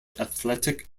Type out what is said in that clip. athletic